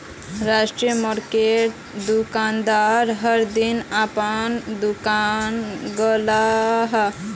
street मार्किटोत दुकानदार हर दिन अपना दूकान लगाहा